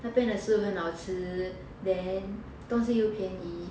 那边的事物很好吃 then 东西又便宜